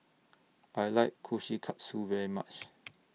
I like Kushikatsu very much